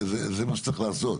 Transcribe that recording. זה מה שצריך לעשות.